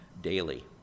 daily